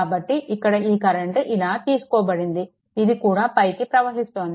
కాబట్టి ఇక్కడ ఈ కరెంట్ ఇలా తీసుకోబడింది ఇది కూడా పైకి ప్రవహిస్తోంది